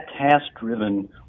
task-driven